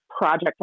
project